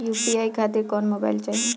UPI खातिर कौन mobile चाहीं?